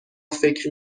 فکر